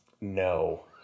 No